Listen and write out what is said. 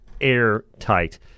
airtight